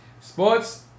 Sports